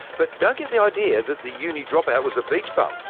but don't get the idea the the uni drop-out was a beach bum.